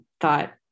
thought